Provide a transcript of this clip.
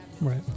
Right